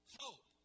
hope